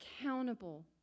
accountable